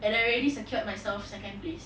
and I already secured myself second place